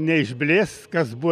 neišblės kas buvo